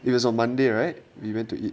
it was on monday right we went to eat